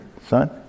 son